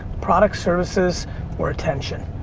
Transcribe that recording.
products, services or attention.